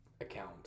account